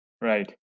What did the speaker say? Right